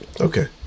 Okay